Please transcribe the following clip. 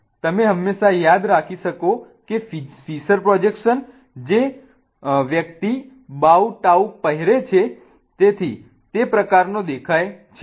તમે હંમેશા યાદ રાખી શકો છો કે ફિશર પ્રોજેક્શન જે વ્યક્તિ બાઉ ટાઈ પહેરે છે તે પ્રકારનો દેખાય છે